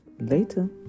later